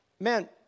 man